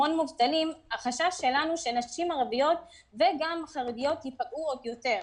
החשש שלנו שנשים ערביות וגם חרדיות ייפגעו עוד יותר.